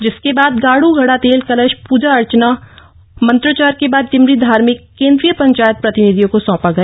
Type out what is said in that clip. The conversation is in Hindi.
जिसके बाद गाड़ घड़ा तेल कलश पूजा अर्चना और मंत्रोच्चार के बाद डिमरी धार्मिक केंद्रीय पंचायत प्रतिनिधियों को सौंपा गया